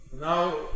Now